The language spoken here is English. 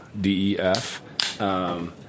D-E-F